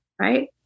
Right